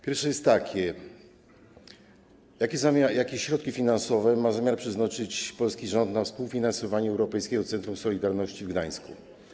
Pierwsze jest takie: Jakie środki finansowe ma zamiar przeznaczyć polski rząd na współfinansowanie Europejskiego Centrum Solidarności w Gdańsku?